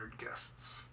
guests